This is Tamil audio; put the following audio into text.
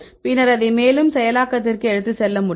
பின்னர் அதை மேலும் செயலாக்கத்திற்கு எடுத்துச் செல்ல முடியும்